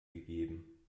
gegeben